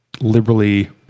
liberally